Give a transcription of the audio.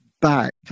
back